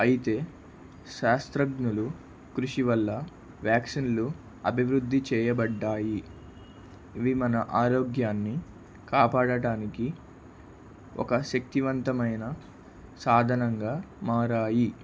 అయితే శాస్త్రజ్ఞులు కృషి వల్ల వ్యాక్సిన్లు అభివృద్ధి చేయబడినాయి ఇవి మన ఆరోగ్యాన్ని కాపాడటానికి ఒక శక్తివంతమైన సాధనంగా మారినాయి